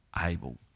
able